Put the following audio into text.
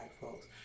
folks